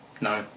no